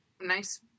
nice